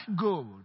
gold